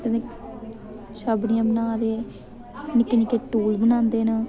ते छाबड़ियां बना दे निक्के निक्के टूल बनांदे न